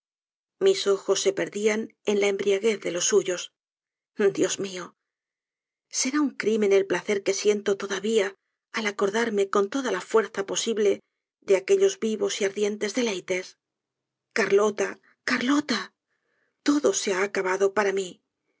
mis ojos se perdían en la embriaguez de los suyos dios mió será un crimen el placer que siento todavía al acordarme con toda la fuerz posible de aquellos vivos y ardientes deleites carlota carlota todose ha acabado para mí